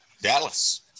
Dallas